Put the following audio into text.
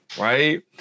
right